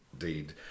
indeed